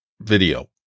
video